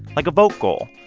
like a vote goal,